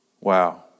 Wow